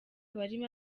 barimo